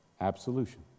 absolution